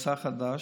הוא שר חדש,